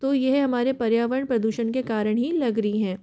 तो ये हमारे पर्यावरण प्रदूषण के कारण ही लग रही हैं